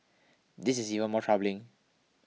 this is even more troubling